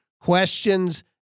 questions